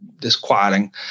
disquieting